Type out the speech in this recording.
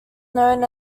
known